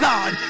God